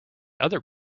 other